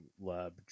lab